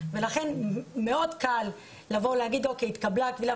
ולכן מאוד קל להגיד שהתקבלה קבילה,